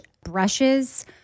brushes